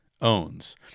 owns